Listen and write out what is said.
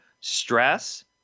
stress